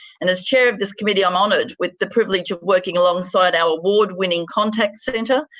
and as chair of this committee, i'm honoured with the privilege of working alongside our award-winning contact centre,